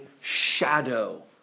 shadow